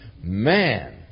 man